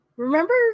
Remember